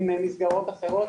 עם מסגרות אחרות,